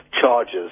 charges